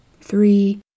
three